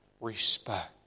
respect